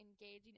engaging